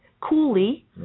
coolly